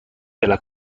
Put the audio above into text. della